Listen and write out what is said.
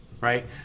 Right